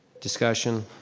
discussion?